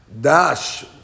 Dash